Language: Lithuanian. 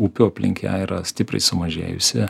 upių aplink ją yra stipriai sumažėjusi